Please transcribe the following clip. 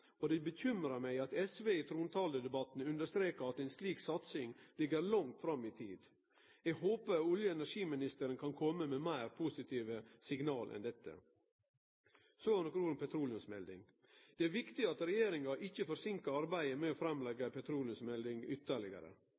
Barentshavet. Det bekymrar meg at SV i trontaledebatten understrekte at ei slik satsing ligg langt fram i tid. Eg håpar olje- og energiministeren kan kome med meir positive signal enn dette. Så nokre ord om petroleumsmeldinga. Det er viktig at regjeringa ikkje forseinkar arbeidet med å leggje fram ei petroleumsmelding ytterlegare.